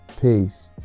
Peace